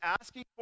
asking